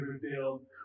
revealed